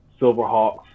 Silverhawks